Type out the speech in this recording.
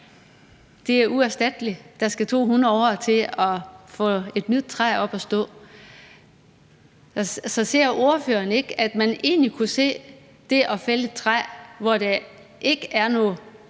er det uerstatteligt. Der skal 200 år til at få et nyt træ til at stå. Så ser ordføreren ikke, at man egentlig godt kunne se det at fælde et træ, hvor der tilsyneladende